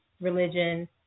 religion